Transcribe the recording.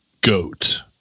goat